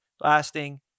lasting